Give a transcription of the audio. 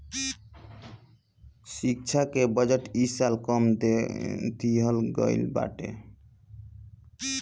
शिक्षा के बजट इ साल कम कर देहल गईल बाटे